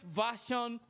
version